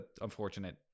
unfortunate